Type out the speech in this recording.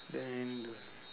then uh